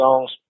songs